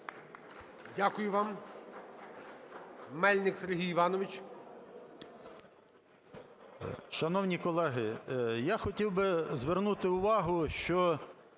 Дякую вам. Мельник Сергій Іванович.